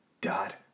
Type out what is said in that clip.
Dot